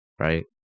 right